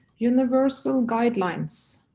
universal guidelines.